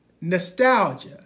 nostalgia